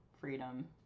freedom